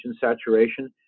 saturation